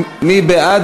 מי בעד?